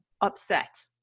upset